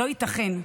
לא ייתכן,